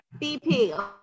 BP